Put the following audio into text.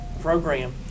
program